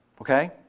Okay